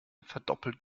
verdoppelt